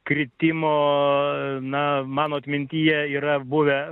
kritimo na mano atmintyje yra buvę